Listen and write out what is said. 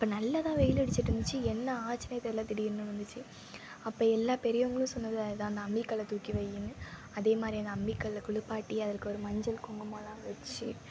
அப்போ நல்லாத்தான் வெயில் அடிச்சுட்ருந்துச்சி என்ன ஆச்சுனே தெரில திடீர்னு வந்துச்சு அப்போ எல்லா பெரியவங்களும் சொன்னது அதுதான் அந்த அம்மிக்கல்லை தூக்கி வைய்யினு அதேமாதிரி அந்த அம்மிக்கல்லை குளிப்பாட்டி அதுக்கு ஒரு மஞ்சள் குங்குமம்லாம் வைச்சி